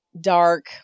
dark